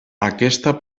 aquesta